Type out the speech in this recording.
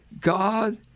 God